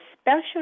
special